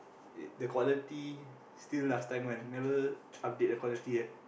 it the quality still last time one never update the quality yet